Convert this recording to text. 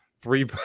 three